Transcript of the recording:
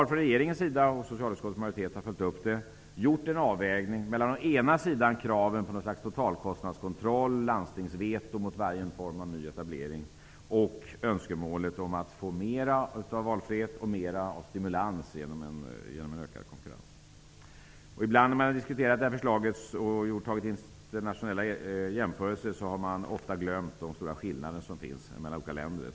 Från regeringens sida har vi, vilket socialutskottets majoritet har följt upp, gjort en avvägning mellan å ena sidan kraven på ett slags totalkostnadskontroll och landstingsveto mot varje form av ny etablering och å andra sidan önskemålet om att det skall bli mera valfrihet och stimulans genom ökad konkurrens. När man har diskuterat förslaget och gjort internationella jämförelser har man ofta glömt de stora skillnaderna som finns mellan olika länder.